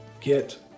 get